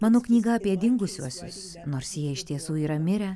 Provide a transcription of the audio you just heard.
mano knyga apie dingusiuosius nors jie iš tiesų yra mirę